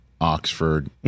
Oxford